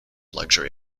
luxury